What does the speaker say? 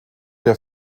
der